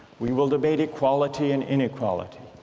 we will debate equality and inequality,